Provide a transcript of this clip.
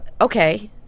Okay